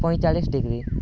ପଇଁଚାଳିଶ ଡିଗ୍ରୀ